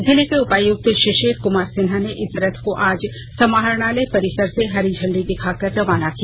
जिले के उपायुक्त शिशिर कुमार सिन्हा ने इस रथ को आज समाहरणालय परिसर से हरी झंडी दिखाकर रवाना किया